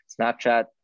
Snapchat